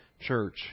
church